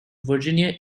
virginia